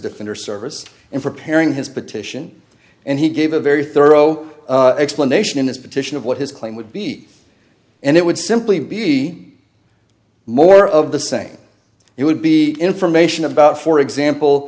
defender service in preparing his petition and he gave a very thorough explanation in this petition of what his claim would be and it would simply be more of the same it would be information about for example